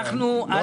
אנחנו על